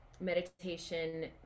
meditation